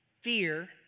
fear